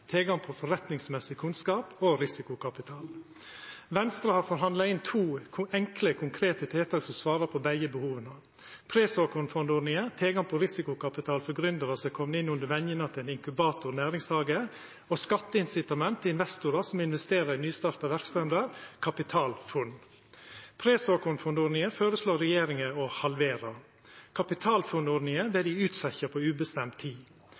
tilgang på forretningsmessig kunnskap og risikokapital. Venstre har forhandla inn to enkle, konkrete tiltak som svarer på begge behova: pre-såkornfondordninga, som gir tilgang på risikokapital for gründerar som er komne inn under vengjene av ein inkubator eller næringshage, og skatteincitament – investorar som investerer i nystarta verksemder, kapitalfond. Pre-såkornfondordninga føreslår regjeringa å halvera. Kapitalfondordninga vil dei utsetja på ubestemt tid. Venstre må igjen bruka tid